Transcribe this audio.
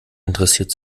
interessiert